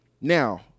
now